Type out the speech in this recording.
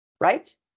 right